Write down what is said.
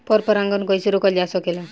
पर परागन कइसे रोकल जा सकेला?